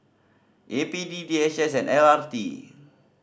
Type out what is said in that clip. A P D D H S and L R T